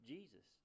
Jesus